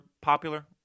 popular